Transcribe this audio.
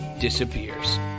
disappears